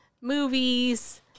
movies